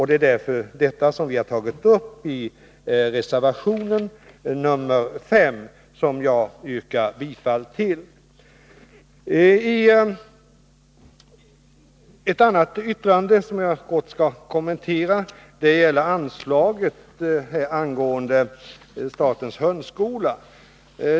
Det är detta som vi har tagit upp i reservation nr 5, som jag yrkar bifall till. Ett särskilt yttrande, som jag kort skall kommentera, gäller anslaget till. Nr 113 statens hundskola.